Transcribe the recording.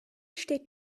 steht